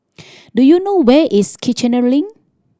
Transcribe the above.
do you know where is Kiichener Link